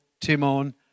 Timon